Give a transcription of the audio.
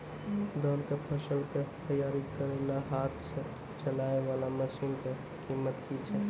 धान कऽ फसल कऽ तैयारी करेला हाथ सऽ चलाय वाला मसीन कऽ कीमत की छै?